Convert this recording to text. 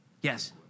Yes